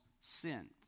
sin